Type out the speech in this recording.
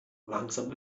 langsam